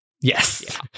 Yes